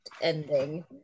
ending